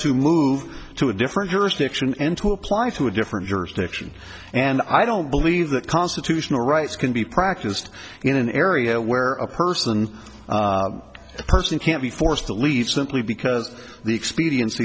to move to a different jurisdiction and to apply to a different jurisdiction and i don't believe that constitutional rights can be practiced in an area where a person a person can't be forced to leave simply because the expedienc